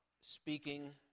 speaking